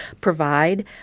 provide